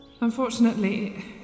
Unfortunately